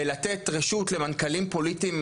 בלתת רשות למנכ"לים פוליטיים,